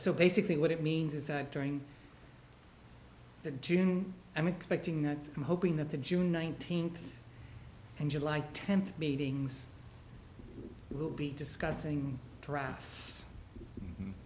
so basically what it means is that during that june i'm expecting that i'm hoping that the june nineteenth and july tenth meetings will be discussing dr